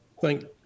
thank